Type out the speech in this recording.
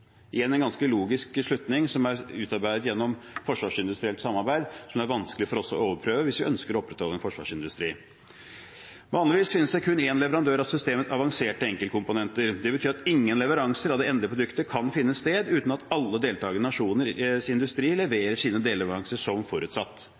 igjen en ganske logisk slutning – som er utarbeidet gjennom forsvarsindustrielt samarbeid, som det er vanskelig for oss å overprøve hvis vi ønsker å opprettholde en forsvarsindustri. Vanligvis finnes det kun én leverandør av systemer med avanserte enkeltkomponenter. Det betyr at ingen leveranser av det endelige produktet kan finne sted uten at alle